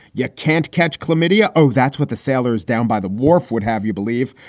yeah can't catch chlamydia? oh, that's what the sailors down by the wharf would have you believe.